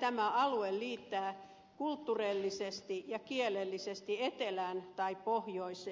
tämä alue liittää kulturellisesti ja kielellisesti etelään vai pohjoiseen